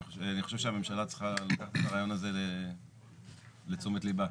אני חושב שהממשלה צריכה לקחת את הרעיון הזה לתשומת ליבה.